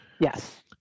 Yes